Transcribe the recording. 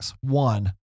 One